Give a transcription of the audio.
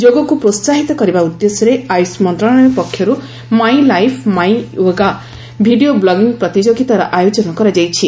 ଯୋଗକୁ ପ୍ରୋହାହିତ କରିବା ଉଦ୍ଦେଶ୍ୟରେ ଆୟୁଷ ମନ୍ତ୍ରଣାଳୟ ପକ୍ଷରୁ 'my life my yoga' video blogging ପ୍ରତିଯୋଗିତାର ଆୟୋଜନ କରାଯାଇଛି